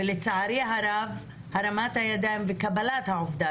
אך לצערי הרב הרמת הידיים וקבלת העובדה